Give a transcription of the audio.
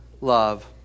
love